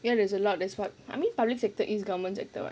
you know there's a lot that's what I mean public sector is government sector [what]